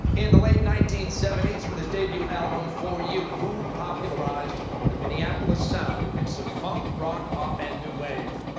in the late nineteen seventy s, with his debut album for you, who popularized the minneapolis sound, a mix of funk, rock, pop, and new wave?